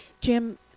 Jim